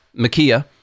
Makia